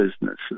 businesses